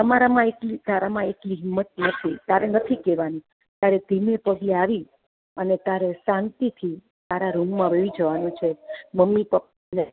તમારામાં એટલી તારામાં એટલી હિંમત નથી તારે નથી કહેવાનું તારે ધીમે પગલે આવી અને તારે શાંતિથી તારા રૂમમાં વયું જવાનું છે મમ્મી પપ્પા